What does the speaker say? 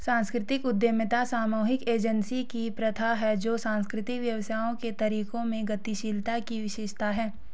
सांस्कृतिक उद्यमिता सामूहिक एजेंसी की प्रथा है जो सांस्कृतिक व्यवसायों के तरीकों में गतिशीलता की विशेषता है